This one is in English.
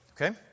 okay